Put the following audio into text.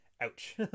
Ouch